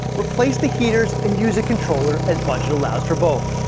replace the heaters and use a controller as budget allows for both.